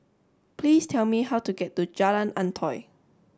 please tell me how to get to Jalan Antoi